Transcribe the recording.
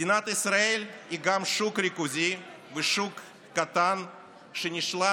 מדינת ישראל היא גם שוק ריכוזי ושוק קטן שנשלט